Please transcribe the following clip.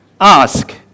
ask